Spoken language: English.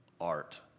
art